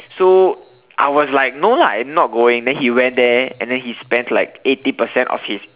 so I was like no lah I'm not going then he went there and then he spent like eighty percent of his